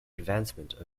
advancement